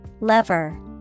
Lever